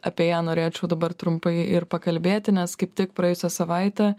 apie ją norėčiau dabar trumpai ir pakalbėti nes kaip tik praėjusią savaitę